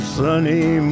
sunny